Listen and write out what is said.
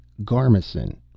Garmison